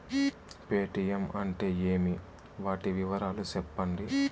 Paytm అంటే ఏమి, వాటి వివరాలు సెప్పండి?